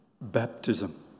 baptism